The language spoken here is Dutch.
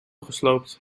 gesloopt